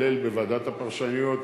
כולל בוועדת הפרשנויות,